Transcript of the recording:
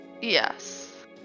Yes